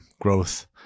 growth